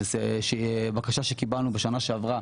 בקשה שקיבלנו בשנה שעברה